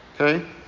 Okay